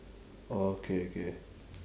oh okay okay